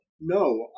no